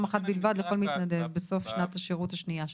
אחת בלבד לכל מתנדב בסוף שנת השירות השנייה שלו.